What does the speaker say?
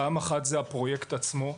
פעם אחת זה הפרויקט עצמו,